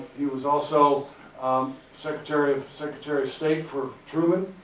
he was also um secretary, of secretary of state for truman.